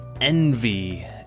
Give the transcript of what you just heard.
envy